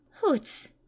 Hoots